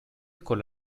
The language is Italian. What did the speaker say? con